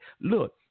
Look